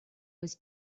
was